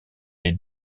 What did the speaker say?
les